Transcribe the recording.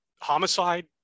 homicide